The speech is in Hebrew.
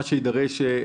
מה שיידרש,